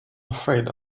afraid